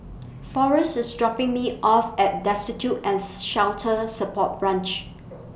Forest IS dropping Me off At Destitute and Shelter Support Branch